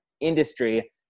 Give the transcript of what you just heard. industry